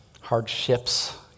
hardships